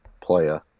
player